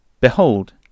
Behold